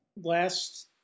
Last